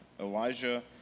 Elijah